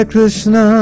Krishna